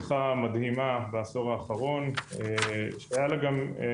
שהיה לה גם ביטוי מאוד משמעותי בהשפעה של